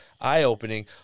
eye-opening